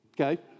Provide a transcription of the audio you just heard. okay